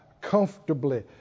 comfortably